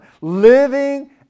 living